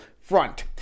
front